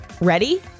Ready